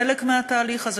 הם חלק מהתהליך הזה,